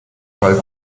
fall